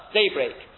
daybreak